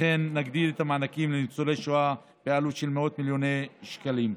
נגדיל את המענקים לניצולי שואה בעלות של מאות מיליוני שקלים.